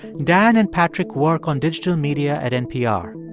dan and patrick work on digital media at npr.